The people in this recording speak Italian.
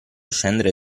scendere